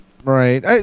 Right